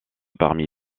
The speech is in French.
parmi